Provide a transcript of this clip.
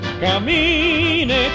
camine